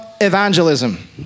Evangelism